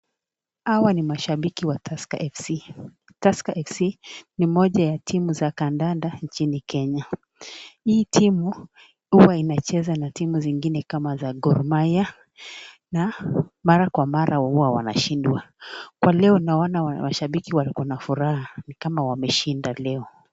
Hawa ni mashabiki wa tusker FC , tusker FC ni moja ya timu za kandanda nchini Kenya, hii timu huwa inacheza timu zingine kama za Gro mahia na mara kwa mara huwa wanashindwa na leo naona mashabiki wako na furaha kama wameshinda leo.